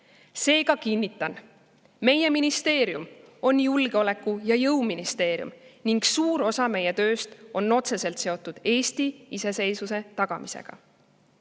Seega kinnitan, et meie ministeerium on julgeoleku‑ ja jõuministeerium ning suur osa meie tööst on otseselt seotud Eesti iseseisvuse [säilimise]